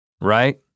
right